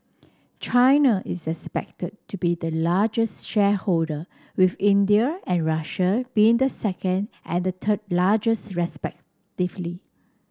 China is expected to be the largest shareholder with India and Russia being the second and third largest respectively